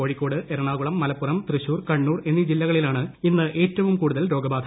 കോഴിക്കോട് എറണാകുളം മലപ്പുറം തൃശൂർ കണ്ണൂർ എന്നീ ജില്ലകളിലാണ് ഇന്ന് ഏറ്റവും കൂടുതൽ രോഗബാധ